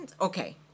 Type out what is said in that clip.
Okay